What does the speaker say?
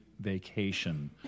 Vacation